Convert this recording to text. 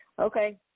Okay